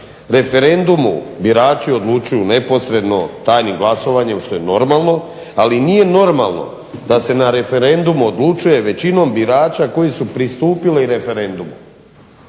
referendumu birači odlučuju neposredno tajnim glasovanjem što je normalno, ali nije normalno da se na referendumu odlučuje većinom birača koji su pristupili referendumu.